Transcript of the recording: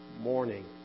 morning